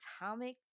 Atomic